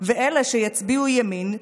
ואלה שיצביעו ימין,